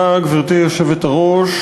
תודה לגברתי היושבת-ראש,